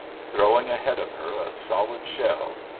throwing ahead of her a solid shell,